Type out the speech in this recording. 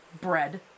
bread